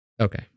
okay